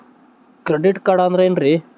Credit card ಅಂದ್ರ ಏನ್ರೀ?